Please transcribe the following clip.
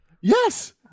Yes